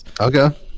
Okay